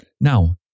Now